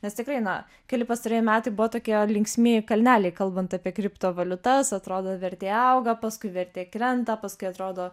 nes tikrai na keli pastarieji metai buvo tokie linksmieji kalneliai kalbant apie kriptovaliutas atrodo vertė auga paskui vertė krenta paskui atrodo